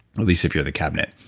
least if you're the cabinet.